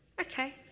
okay